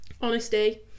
honesty